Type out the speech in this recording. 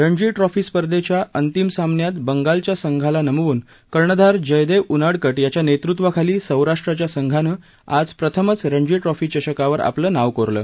Ranji trophy स्पर्धेच्या अंतिम सामन्यात बंगालच्या संघाला नमवून कर्णधार जयदेव उनाडक याच्या नेतृत्वाखाली सौराष्ट्रच्या संघानं आज प्रथमच ट्रॉफी चषकावर आपलं नाव कोरलं